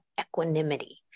equanimity